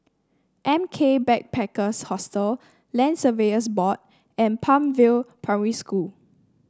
M K Backpackers Hostel Land Surveyors Board and Palm View Primary School